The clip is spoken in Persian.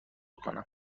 کنم